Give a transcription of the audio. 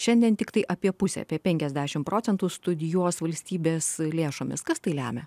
šiandien tiktai apie pusė apiepenkiasdešimt procentų studijuos valstybės lėšomis kas tai lemia